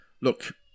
look